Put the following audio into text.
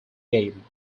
game